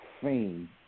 fame